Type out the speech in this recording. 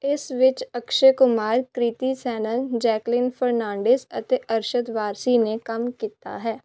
ਇਸ ਵਿੱਚ ਅਕਸ਼ੈ ਕੁਮਾਰ ਕ੍ਰੀਤੀ ਸੈਨਨ ਜੈਕਲੀਨ ਫਰਨਾਂਡੀਜ਼ ਅਤੇ ਅਰਸ਼ਦ ਵਾਰਸੀ ਨੇ ਕੰਮ ਕੀਤਾ ਹੈ